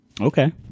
Okay